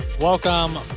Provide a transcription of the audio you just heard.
Welcome